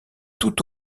tout